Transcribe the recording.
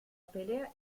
pelea